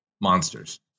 Monsters